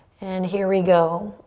and here we go.